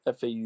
fau